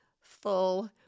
full